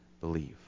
believe